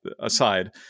aside